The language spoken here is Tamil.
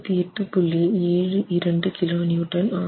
726 kN ஆகும்